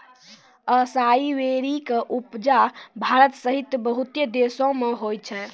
असाई berry के उपजा भारत सहित बहुते देशो मे होय छै